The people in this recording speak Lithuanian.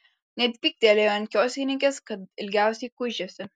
net pyktelėjo ant kioskininkės kad ilgiausiai kuičiasi